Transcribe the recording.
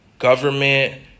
government